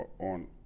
on